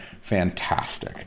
fantastic